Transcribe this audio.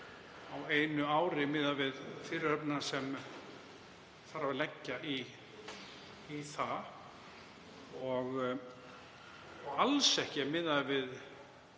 á einu ári miðað við fyrirhöfnina sem þarf að leggja í það og má alls ekki miða það